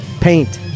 paint